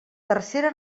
tercera